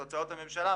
הוצאות הממשלה,